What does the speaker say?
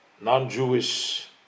non-Jewish